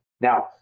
Now